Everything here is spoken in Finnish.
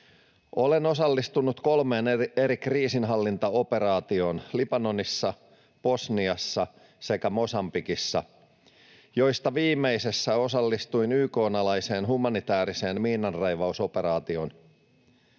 Olen osallistunut kolmeen eri kriisinhallintaoperaatioon Libanonissa, Bosniassa sekä Mosambikissa, joista viimeisessä osallistuin YK:n alaiseen humanitääriseen miinanraivausoperaatioon.